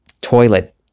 toilet